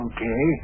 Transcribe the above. Okay